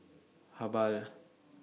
Habhal